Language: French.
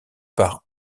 par